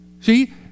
see